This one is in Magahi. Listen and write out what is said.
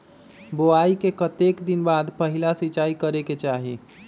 बोआई के कतेक दिन बाद पहिला सिंचाई करे के चाही?